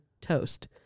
toast